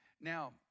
Now